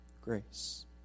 grace